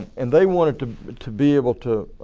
and they wanted to to be able to